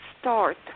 start